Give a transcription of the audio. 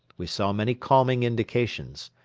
we saw many calming indications.